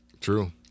True